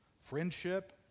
friendship